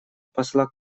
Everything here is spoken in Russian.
посла